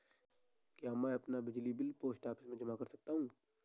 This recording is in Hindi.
क्या मैं अपना बिजली बिल पोस्ट ऑफिस में जमा कर सकता हूँ?